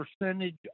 percentage